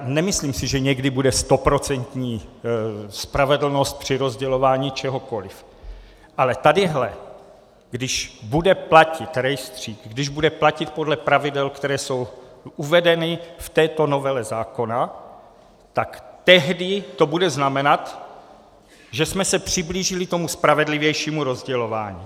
Nemyslím si, že někdy bude stoprocentní spravedlnosti při rozdělování čehokoliv, ale tady, když bude platit rejstřík, když bude platit podle pravidel, která jsou uvedena v této novele zákona, tak tehdy to bude znamenat, že jsme se přiblížili tomu spravedlivějšími rozdělování.